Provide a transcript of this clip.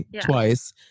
twice